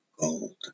gold